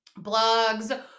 blogs